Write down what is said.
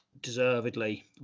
deservedly